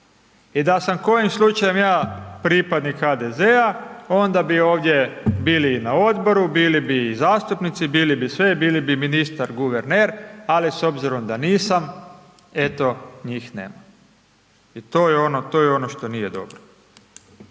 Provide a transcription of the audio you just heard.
i da sam kojim slučajem ja pripadnik HDZ-a onda bi ovdje bili i na odboru, bili bi i zastupnici, bili bi sve, bili bi ministar guverner, ali s obzirom da nisam, eto njih nema i to je ono što nije dobro.